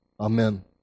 Amen